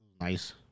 Nice